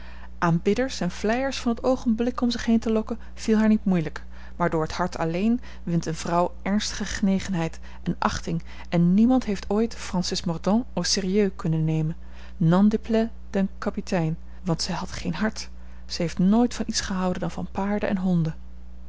aanbidders en vleiers van t oogenblik om zich heen te lokken viel haar niet moeielijk maar door t hart alleen wint eene vrouw ernstige genegenheid en achting en niemand heeft ooit francis mordaunt au sérieux kunnen nemen n'en déplaise den kapitein want zij had geen hart zij heeft nooit van iets gehouden dan van paarden en honden